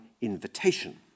invitation